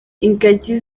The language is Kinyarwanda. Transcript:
ingagi